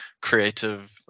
creative